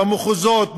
במחוזות,